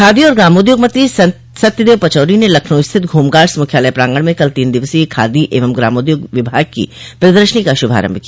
खादी एवं ग्रामोद्योग मंत्री सत्यदेव पचौरी ने लखनऊ स्थित होमगार्ड्स मुख्यालय प्रांगण में कल तीन दिवसीय खादी एवं ग्रामोद्योग विभाग को प्रदर्शनी का शुभारम्भ किया